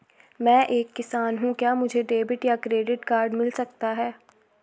मैं एक किसान हूँ क्या मुझे डेबिट या क्रेडिट कार्ड मिल सकता है?